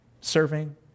serving